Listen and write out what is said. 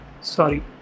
sorry